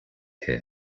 here